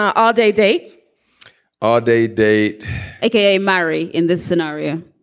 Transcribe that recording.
all day day ah day day okay. murray in this scenario